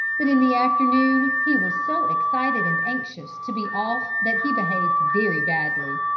but in the afternoon he was so excited and anxious to be off that he behaved very badly.